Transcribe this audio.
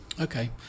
Okay